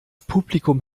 publikum